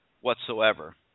whatsoever